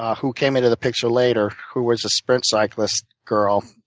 ah who came into the picture later, who was a sprint cyclist girl,